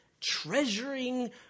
treasuring